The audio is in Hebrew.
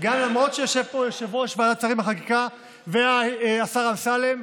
למרות שיושב פה יושב-ראש ועדת שרים לחקיקה והשר אמסלם,